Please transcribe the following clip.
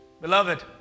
Beloved